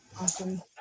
Awesome